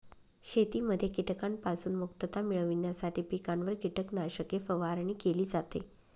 शेतीमध्ये कीटकांपासून मुक्तता मिळविण्यासाठी पिकांवर कीटकनाशके फवारणी केली जाते